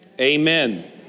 amen